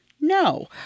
No